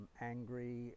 angry